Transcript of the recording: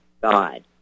God